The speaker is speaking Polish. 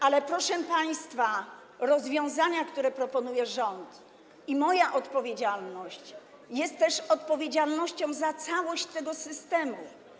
Ale, proszę państwa, rozwiązania, które proponuje rząd, i moja odpowiedzialność są też wynikiem odpowiedzialności za całość tego systemu.